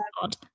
god